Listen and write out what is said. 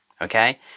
okay